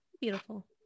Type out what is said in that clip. Beautiful